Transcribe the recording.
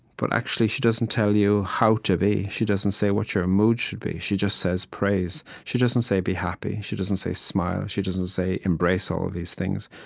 but actually, she doesn't tell you how to be she doesn't say what your mood should be. she just says, praise. she doesn't say, be happy. she doesn't say, smile. she doesn't say, embrace all of these things.